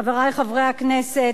חברי חברי הכנסת,